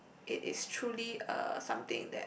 it is truly uh something that